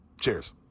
Cheers